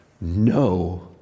no